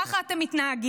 ככה אתם מתנהגים.